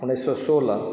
उन्नैस सए सोलह